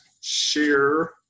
share